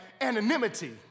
anonymity